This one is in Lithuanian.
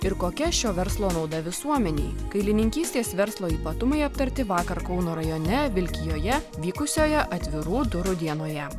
ir kokia šio verslo nauda visuomenei kailininkystės verslo ypatumai aptarti vakar kauno rajone vilkijoje vykusioje atvirų durų dienoje